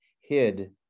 hid